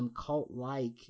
cult-like